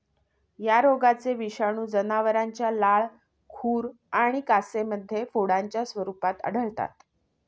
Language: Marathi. या रोगाचे विषाणू जनावरांच्या लाळ, खुर आणि कासेमध्ये फोडांच्या स्वरूपात आढळतात